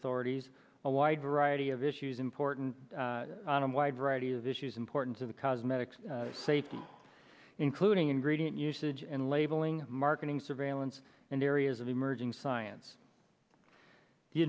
authorities a wide variety of issues important on a wide variety of issues important to the cosmetics safety including ingredient usage and labeling marketing surveillance and areas of emerging science the